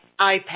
iPad